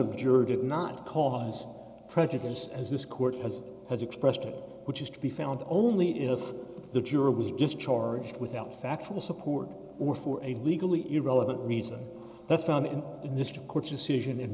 did not cause prejudice as this court has has expressed it which is to be found only if the juror was just charged without factual support or for a legally irrelevant reason that's found in in this court's decision in